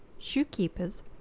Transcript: shoekeepers